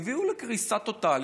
הביאו לקריסה טוטלית,